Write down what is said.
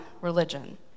religion